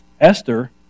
Esther